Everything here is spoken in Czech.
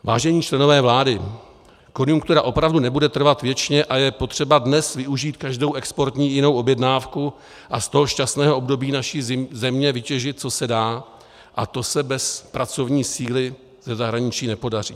Vážení členové vlády, konjunktura opravdu nebude trvat věčně a je potřeba dnes využít každou exportní i jinou objednávku a z toho šťastného období naší země vytěžit, co se dá, a to se bez pracovní síly ze zahraničí nepodaří.